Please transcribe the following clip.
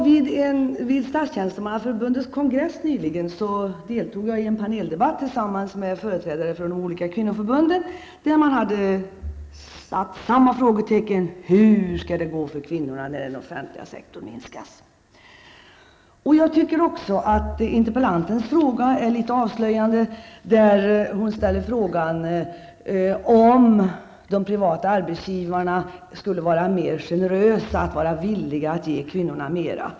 Vid statstjänstemannaförbundets kongress nyligen deltog jag i en paneldebatt tillsammans med företrädare för de olika kvinnoförbunden. Man hade där samma fråga: Hur skall det gå för kvinnorna när den offentliga sektorn minskas? Jag tycker också att interpellantens fråga är litet avslöjande när hon frågar om de privata arbetsgivarna skulle komma att vara mer generösa och vara villiga att ge kvinnorna mera.